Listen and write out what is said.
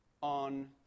on